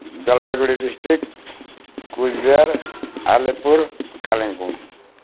Jalpaiguri district Cooch Behar Alipur Kalimpong